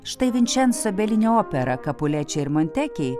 štai vinčenso belinio opera kapulečiai ir montekiai